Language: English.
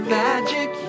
magic